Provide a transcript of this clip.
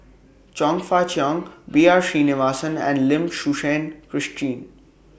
Chong Fah Cheong B R Sreenivasan and Lim Suchen Christine